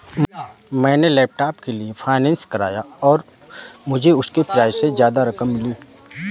मैंने लैपटॉप के लिए फाइनेंस कराया और मुझे उसके प्राइज से ज्यादा रकम मिली